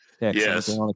Yes